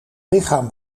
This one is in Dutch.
lichaam